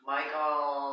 Michael